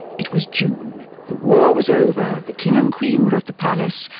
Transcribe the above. it was june. the war was over, the king and queen were at the palace,